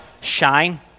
shine